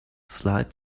slide